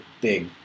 big